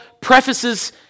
prefaces